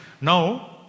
Now